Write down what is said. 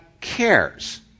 cares